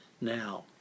Now